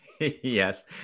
yes